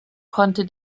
konnte